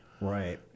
Right